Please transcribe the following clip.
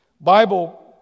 Bible